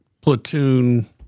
platoon